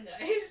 guys